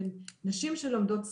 בין נשים שלומדות s.t.e.m.